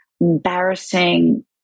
embarrassing